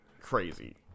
crazy